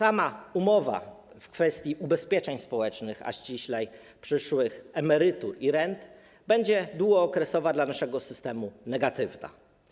Sama umowa w kwestii ubezpieczeń społecznych, a ściślej przyszłych emerytur i rent, będzie długookresowo dla naszego systemu negatywna.